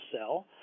sell